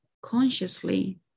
consciously